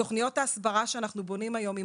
תכניות ההסברה שאנחנו בונים היום עם